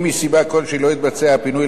אם מסיבה כלשהי לא התבצע הפינוי,